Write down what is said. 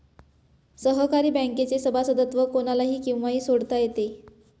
सहकारी बँकेचे सभासदत्व कोणालाही केव्हाही सोडता येते